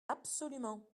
absolument